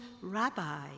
rabbi